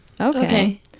Okay